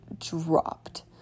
dropped